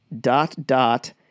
dot-dot